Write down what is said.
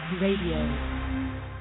Radio